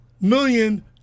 million